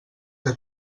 que